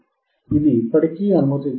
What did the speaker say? ఇది ఇప్పటికీ అనుమతించడం లేదు